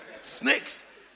Snakes